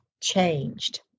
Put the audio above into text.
changed